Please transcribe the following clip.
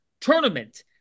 tournament